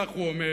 כך הוא אומר,